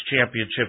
championship